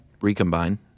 Recombine